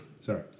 Sorry